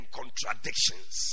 contradictions